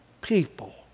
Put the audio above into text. people